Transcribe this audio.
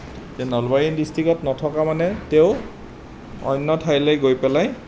যে নলবাৰী ডিষ্ট্ৰিকত নথকা মানে তেওঁ অন্য ঠাইলৈ গৈ পেলাই